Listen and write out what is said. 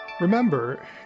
Remember